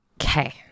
Okay